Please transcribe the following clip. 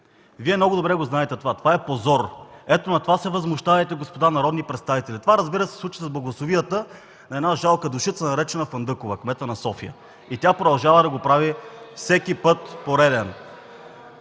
Вие много добре знаете това. То е позор! Ето, на това се възмущавайте, господа народни представители. Това, разбира се, се случва с благословията на една жалка душица, наречена Фандъкова – кмет на София. (Викове от ГЕРБ: „Е-е-е!”) И тя продължава да го прави всеки пореден